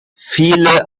viele